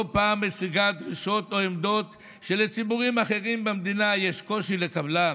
לא פעם מציגה דרישות או עמדות שלציבורים אחרים במדינה יש קושי לקבלן.